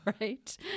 Right